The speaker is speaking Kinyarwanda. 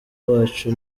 wacu